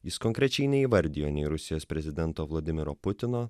jis konkrečiai neįvardijo nei rusijos prezidento vladimiro putino